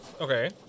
Okay